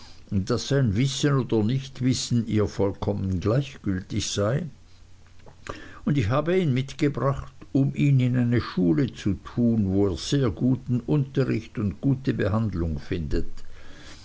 daß sein wissen oder nichtwissen ihr vollkommen gleichgültig sei und habe ihn mitgebracht um ihn in eine schule zu tun wo er sehr guten unterricht und gute behandlung findet